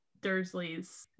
dursley's